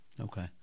Okay